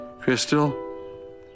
Crystal